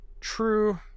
True